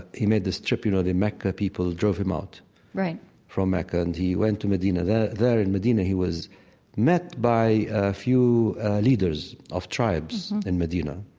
he made this trip you know, the mecca people drove him out from mecca and he went to medina. there there in medina, he was met by a few leaders of tribes in medina.